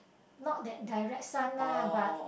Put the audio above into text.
not that direct sun lah but